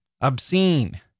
obscene